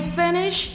finish